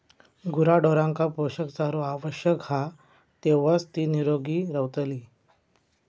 गुराढोरांका पोषक चारो आवश्यक हा तेव्हाच ती निरोगी रवतली